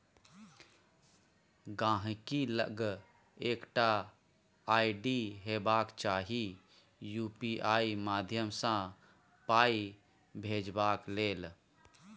गांहिकी लग एकटा आइ.डी हेबाक चाही यु.पी.आइ माध्यमसँ पाइ भेजबाक लेल